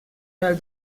del